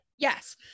Yes